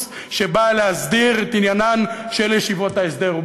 שבא להסדיר את עניינן של ישיבות ההסדר,